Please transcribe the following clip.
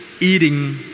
eating